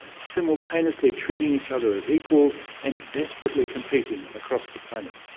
simultaneously treating each other as equals and desperately competing across the planet.